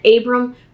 Abram